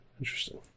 Interesting